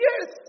yes